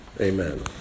Amen